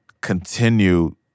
continue